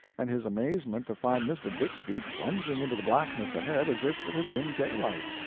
and his amazement to find mr. bixby plunging into the blackness ahead as if it had been daylight.